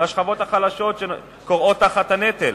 לשכבות החלשות שכורעות תחת הנטל.